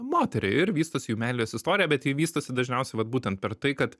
moterį ir vystosi jų meilės istorija bet ji vystosi dažniausiai vat būtent per tai kad